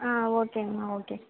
ஆ ஓகேங்கம்மா ஓகே